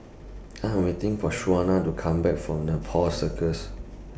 I Am waiting For Shawnna to Come Back from Nepal Circus